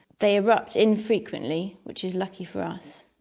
they erupt infrequently, which is lucky for us.